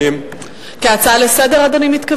האם, כהצעה לסדר-היום, אדוני מתכוון?